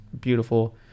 beautiful